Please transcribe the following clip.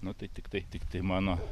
nu tai tiktai tiktai mano